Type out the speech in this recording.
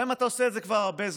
גם אם אתה עושה את זה כבר הרבה זמן,